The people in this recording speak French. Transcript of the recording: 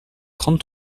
trente